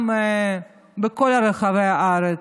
זה גם בכל רחבי הארץ,